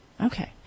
Okay